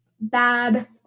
Bad